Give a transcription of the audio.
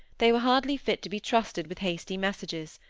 they were hardly fit to be trusted with hasty messages,